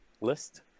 list